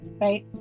right